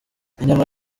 inyama